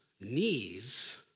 knees